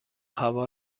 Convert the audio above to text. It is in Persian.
هوا